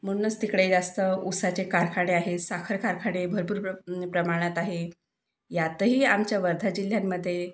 म्हणूनच तिकडे जास्त ऊसाचे कारखाने आहे साखर कारखाने भरपूर प्रमा प्रमाणात आहे यातही आमच्या वर्धा जिल्ह्यामध्ये